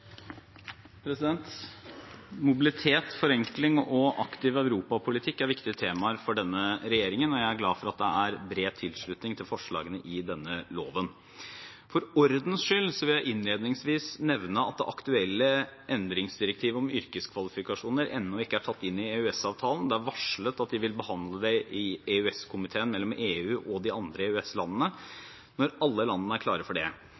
viktige temaer for denne regjeringen, og jeg er glad for at det er bred tilslutning til forslagene i denne loven. For ordens skyld vil jeg innledningsvis nevne at det aktuelle endringsdirektivet om yrkeskvalifikasjoner ennå ikke er tatt inn i EØS-avtalen. Det er varslet at de vil behandle det i EØS-komiteen, mellom EU og de andre EØS-landene, når alle landene er klare for det.